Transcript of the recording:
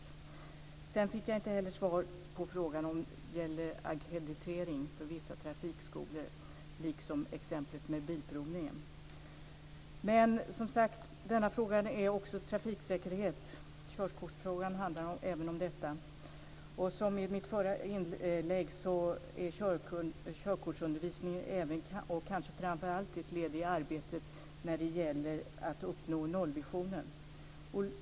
Inte heller fick jag svar på frågan om ackreditering för vissa trafikskolor, liksom exemplet med bilprovningen. Men denna fråga rör som sagt också trafiksäkerhet. Körkortsfrågan handlar även om detta. Som jag sade i mitt förra inlägg är körkortsundervisningen även, kanske framför allt, ett led i arbetet med att uppnå nollvisionen.